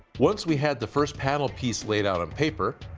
once we had the first panel piece laid out on paper,